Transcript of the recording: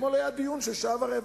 אתמול היה דיון של שעה ורבע.